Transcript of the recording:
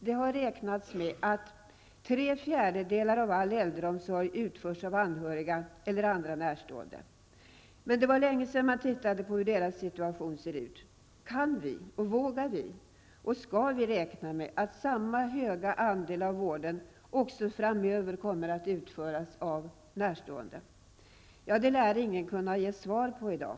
Det har räknats med att tre fjärdedelar av all äldreomsorg utförs av anhöriga eller andra närstående. Det var länge sedan man tittade på hur deras situation ser ut. Kan vi, vågar vi och skall vi räkna med att samma höga andel av vården också framöver kommer att utföras av närstående? Det lär ingen kunna ge svar på i dag.